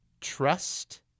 Trust